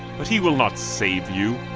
but he will not save you.